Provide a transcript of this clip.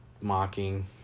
mocking